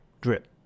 drip